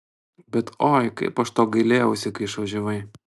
bet oi kaip aš to gailėjausi kai išvažiavai